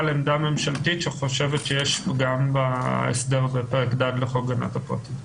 עמדה ממשלתית שחושבת שיש פגם בהסדר בפרק ד' בחוק להגנת הפרטיות.